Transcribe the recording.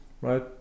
right